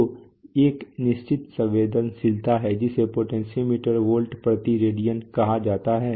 तो एक निश्चित संवेदनशीलता है जिसे पोटेंशियोमीटर वोल्ट प्रति रेडियन कहा जाता है